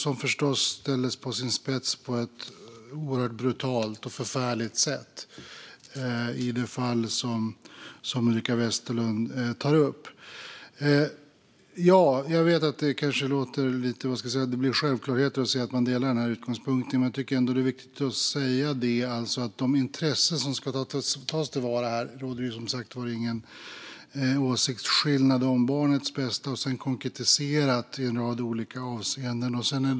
De ställdes ju på sin spets på ett brutalt och förfärligt sätt i det fall som Ulrika Westerlund tar upp. Det låter kanske som en självklarhet att säga att man delar utgångspunkten, men det är ändå viktigt att säga att de intressen som ska tas till vara inte är något som det råder någon åsiktsskillnad om. Det handlar om barnets bästa konkretiserat i en rad olika avseenden.